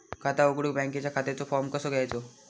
खाता उघडुक बँकेच्या खात्याचो फार्म कसो घ्यायचो?